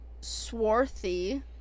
swarthy